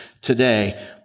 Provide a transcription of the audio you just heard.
today